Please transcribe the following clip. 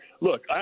look